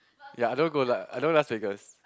ya I don't go lah I know Las Vegas